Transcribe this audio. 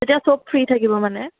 তেতিয়া চব ফ্ৰী থাকিব মানে